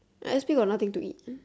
s_p got nothing to eat